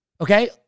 Okay